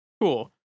Cool